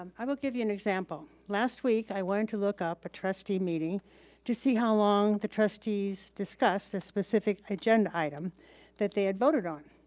um i will give you an example. last week, i wanted to look up a trustee meeting to see how long the trustees discussed a specific agenda item that they had voted on.